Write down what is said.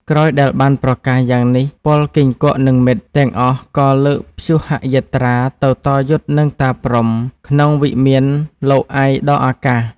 ក្រោយដែលបានប្រកាសយ៉ាងនេះ ពលគីង្គក់និងមិត្ត ទាំងអស់ក៏លើកព្យូហយាត្រាទៅតយុទ្ធនិងតាព្រហ្ម ក្នុងវិមានលោកព្ធដ៏អាកាស។